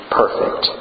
perfect